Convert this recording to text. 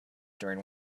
during